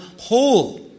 whole